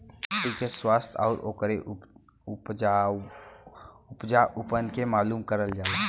मट्टी के स्वास्थ्य आउर ओकरे उपजाऊपन के मालूम करल जाला